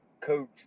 coach